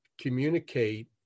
communicate